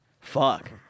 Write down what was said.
Fuck